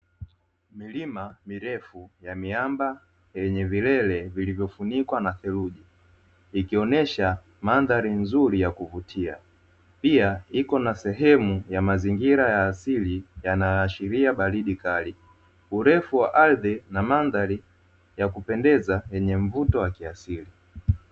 Milima mirefu ya miamba yenye vilele vilivyofunikwa na theluji. Ikionesha mandhari nzuri ya kuvutia. Pia iko na sehemu ya mazingira ya asili yanayoashiria baridi kali. Urefu wa ardhi na mandhari ya kupendeza yenye mvuto wa kiasili.